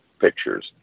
pictures